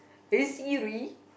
hey Siri